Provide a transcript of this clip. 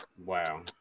Wow